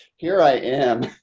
here i am.